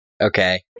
Okay